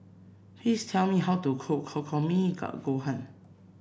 please tell me how to cook Takikomi Gohan